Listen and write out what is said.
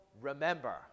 remember